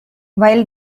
while